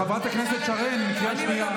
חברת הכנסת שרן, קריאה שנייה.